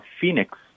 Phoenix